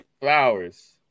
Flowers